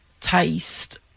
taste